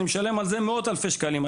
אני משלם על זה מאות אלפי שקלים.